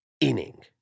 inning